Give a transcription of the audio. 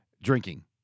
Drinking